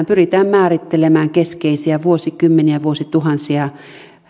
pyritään määrittelemään keskeisiä vuosikymmeniä vuosituhansia